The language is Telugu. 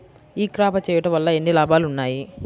ఈ క్రాప చేయుట వల్ల ఎన్ని లాభాలు ఉన్నాయి?